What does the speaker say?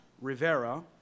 Rivera